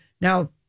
Now